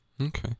okay